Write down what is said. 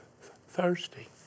thirsty